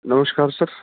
ਨਮਸ਼ਕਾਰ ਸਰ